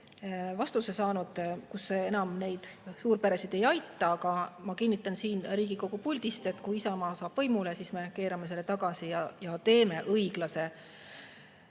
vastuse saanud. See enam neid suurperesid ei aita, aga ma kinnitan siin Riigikogu puldis, et kui Isamaa saab võimule, siis me keerame selle tagasi ja teeme õiglase,